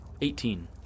Eighteen